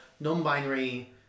non-binary